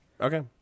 Okay